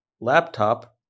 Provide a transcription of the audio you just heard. laptop